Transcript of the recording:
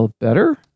better